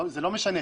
זה לא משנה.